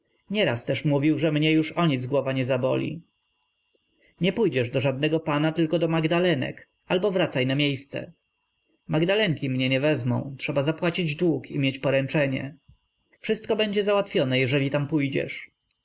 nieraz też mówił że mnie już o nic głowa nie zaboli nie pójdziesz do żadnego pana tylko do magdalenek albo wracaj na miejsce magdalenki mnie nie wezmą trzeba zapłacić dług i mieć poręczenie wszystko będzie załatwione jeżeli tam pójdziesz